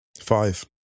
five